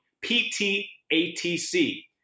P-T-A-T-C